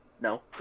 No